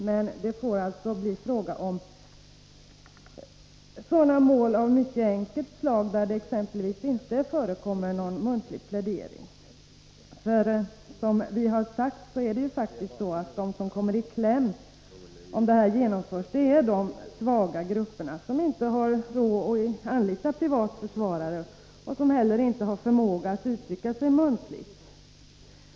Men undantagen måste gälla mål av mycket enkelt slag, där det exempelvis inte förekommer någon muntlig plädering. Om det föreliggande förslaget går igenom kommer, som vi har sagt, just de svaga grupperna i kläm, de som inte har råd att anlita privat försvarare och som inte heller har förmåga att uttrycka sig muntligt.